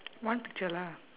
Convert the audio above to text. one picture lah